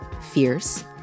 fierce